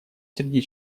среди